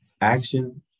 Action